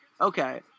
Okay